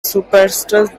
superseded